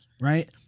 right